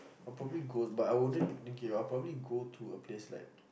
or probably go but I wouldn't okay I'll probably go to a place like